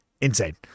Insane